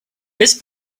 this